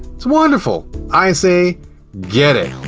it's wonderful! i say get it!